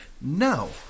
No